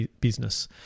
business